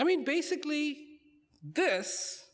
i mean basically this